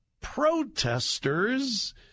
protesters